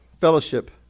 fellowship